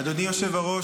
אדוני היושב-ראש,